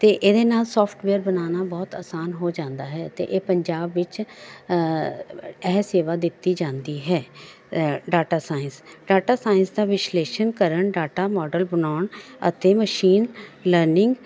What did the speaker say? ਅਤੇ ਇਹਦੇ ਨਾਲ ਸੋਫਟਵੇਅਰ ਬਣਾਉਣਾ ਬਹੁਤ ਆਸਾਨ ਹੋ ਜਾਂਦਾ ਹੈ ਅਤੇ ਇਹ ਪੰਜਾਬ ਵਿੱਚ ਇਹ ਸੇਵਾ ਦਿੱਤੀ ਜਾਂਦੀ ਹੈ ਡਾਟਾ ਸਾਇੰਸ ਡਾਟਾ ਸਾਇੰਸ ਦਾ ਵਿਸ਼ਲੇਸ਼ਣ ਕਰਨ ਡਾਟਾ ਮਾਡਲ ਬਣਾਉਣ ਅਤੇ ਮਸ਼ੀਨ ਲਰਨਿੰਗ